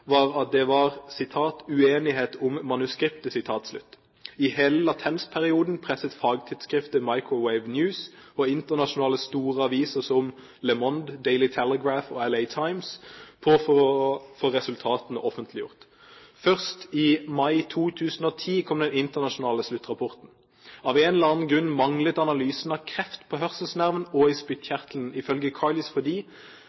var at det var uenighet om manuskriptet. I hele latensperioden presset fagtidsskriftet Microwave News og internasjonale store aviser som Le Monde, Daily Telegraph og Los Angeles Times på for å få resultatene offentliggjort. Først i mai 2010 kom den internasjonale sluttrapporten. Av en eller annen grunn manglet analysene av kreft på hørselsnerven og i